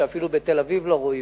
שאפילו בתל-אביב לא רואים,